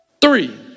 Three